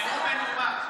השר שטייניץ, נאום מנומק.